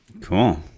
Cool